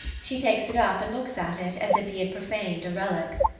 she takes it up and looks at it as if he had profaned a relic.